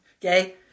Okay